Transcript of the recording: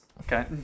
Okay